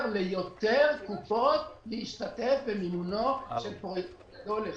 ליותר קופות להשתתף במימונו של פרויקט גדול אחד.